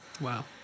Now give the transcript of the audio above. Wow